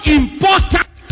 important